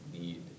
need